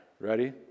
Ready